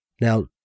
Now